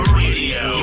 radio